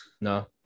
No